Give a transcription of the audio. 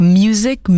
music